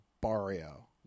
Barrio